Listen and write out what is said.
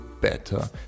better